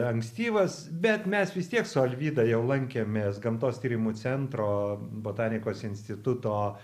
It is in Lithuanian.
ankstyvas bet mes vis tiek su alvyda jau lankėmės gamtos tyrimų centro botanikos instituto